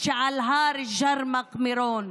שעל הר ג'רמק, מירון.